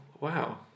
Wow